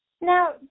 Now